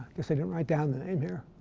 guess i didn't write down the name here.